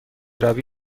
روی